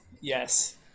Yes